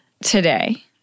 today